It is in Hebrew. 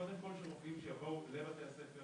קודם כל של רופאים שיבואו לבתי הספר,